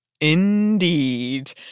Indeed